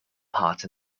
part